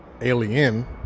Alien